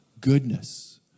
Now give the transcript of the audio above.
goodness